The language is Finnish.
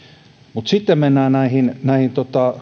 mutta sitten mennään näihin näihin